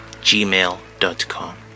gmail.com